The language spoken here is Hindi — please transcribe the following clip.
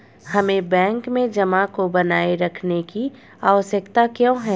हमें बैंक में जमा को बनाए रखने की आवश्यकता क्यों है?